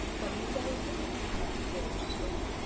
what are you fellows doing? asked jerry muskrat.